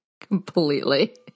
completely